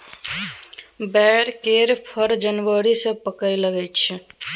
बैर केर फर जनबरी सँ पाकय लगै छै